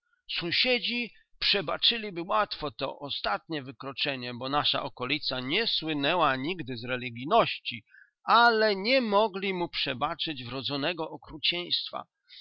sąsiedzi przebaczyliby łatwo to ostatnie wykroczenie bo nasza okolica nie słynęła nigdy religijności ale nie mogli mu przebaczyć wrodzonego okrucieństwa